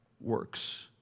works